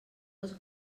dels